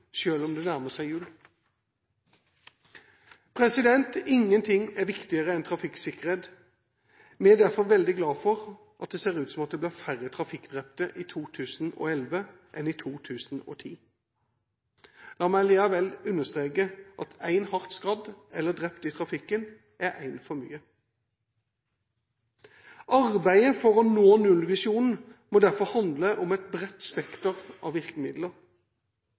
om det nærmer seg jul. Ingen ting er viktigere enn trafikksikkerhet. Vi er derfor veldig glade for at det ser ut som det blir færre trafikkdrepte i 2011 enn i 2010. La meg likevel understreke at én hardt skadd eller drept i trafikken er én for mye. Arbeidet for å nå nullvisjonen må derfor handle om et bredt spekter av virkemidler.